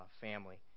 family